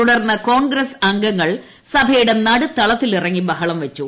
തുടർന്ന് കോൺഗ്രസ് അംഗങ്ങൾ സിട്ട്യുടെ നടുത്തളത്തിലിറങ്ങി ബഹളം വച്ചു